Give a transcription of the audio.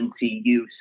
use